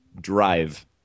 Drive